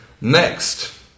Next